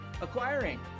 acquiring